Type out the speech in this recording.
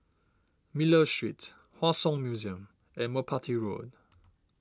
Miller Street Hua Song Museum and Merpati Road